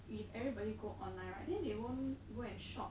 if everybody go online right then they won't go and shop